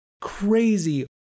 crazy